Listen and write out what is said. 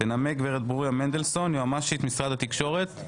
תנמק גברת ברוריה מנדלסון, יועמ"ש משרד התקשורת.